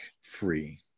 free